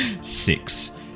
Six